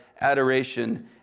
adoration